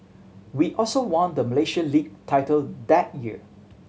we also won the Malaysia League title that year